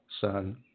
Son